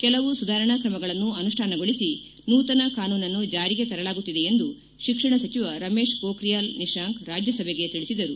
ಕೆಲವು ಸುಧಾರಣಾ ಕ್ರಮಗಳನ್ನು ಅನುಷ್ಠಾನಗೊಳಿಸಿ ನೂತನ ಕಾನೂನನ್ನು ಜಾರಿಗೆ ತರಲಾಗುತ್ತಿದೆ ಎಂದು ಶಿಕ್ಷಣ ಸಚಿವ ರಮೇಶ್ ಮೊಖಿಯಾಲ್ ನಿಶಾಂಕ್ ರಾಜ್ಯಸಭೆಗೆ ತಿಳಿಸಿದರು